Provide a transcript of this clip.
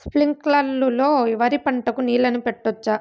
స్ప్రింక్లర్లు లో వరి పంటకు నీళ్ళని పెట్టొచ్చా?